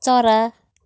चरा